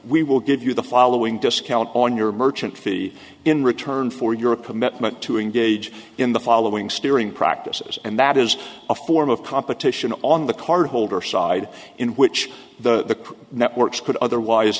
we will give you the following discount on your merchant fee in return for your a commitment to engage in the following steering practices and that is a form of competition on the card holder side in which the networks could otherwise